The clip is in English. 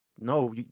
no